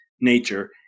nature